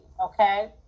okay